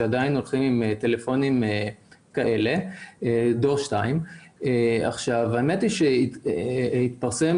שעדיין הולכים עם טלפונים דור 2. לאחרונה גם התפרסם